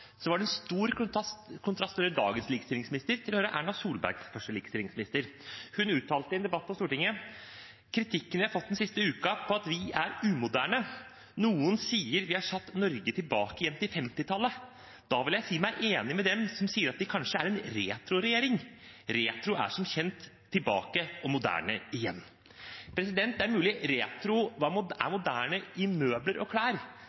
var det en stor kontrast mellom dagens likestillingsminister og Erna Solbergs første likestillingsminister. Hun uttalte i en debatt på Stortinget: «Kritikken de siste ukene har gått på at vi er umoderne, og noen sier at vi har satt Norge tilbake igjen til 1950-tallet. Da vil jeg si at jeg er enig med dem som sier at vi kanskje er retro-regjeringen. Retro er som kjent tilbake igjen og moderne igjen.» Det er mulig retro er moderne i møbler og klær,